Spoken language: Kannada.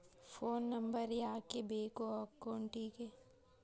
ಫೋನ್ ನಂಬರ್ ಯಾಕೆ ಬೇಕು ಅಕೌಂಟಿಗೆ?